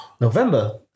November